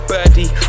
Birdie